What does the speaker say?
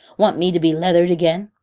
want me to be leathered again?